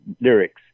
lyrics